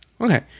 Okay